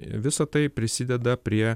visa tai prisideda prie